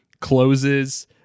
closes